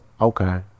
Okay